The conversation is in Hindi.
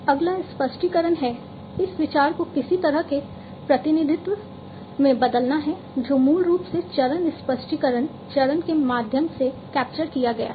अगला स्पष्टीकरण है इस विचार को किसी तरह के प्रतिनिधित्व में बदलना है जो मूल रूप से चरण स्पष्टीकरण चरण के माध्यम से कैप्चर किया गया है